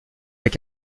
avec